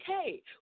okay